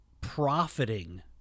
profiting